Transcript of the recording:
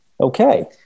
okay